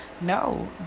no